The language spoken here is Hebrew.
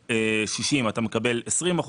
בין 40% 60% אתה מקבל 20%,